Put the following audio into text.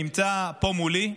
שנמצא פה מולי,